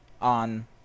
on